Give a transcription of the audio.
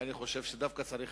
ואני חושב שדווקא צריך,